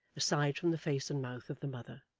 aside from the face and mouth of the mother.